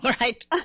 right